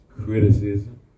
criticism